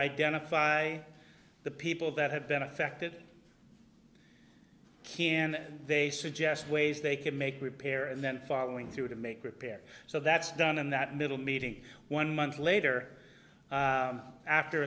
identify the people that have been affected can they suggest ways they can make repair and then following through to make repairs so that's done and that little meeting one month later after